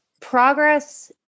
progress